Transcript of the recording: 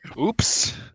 oops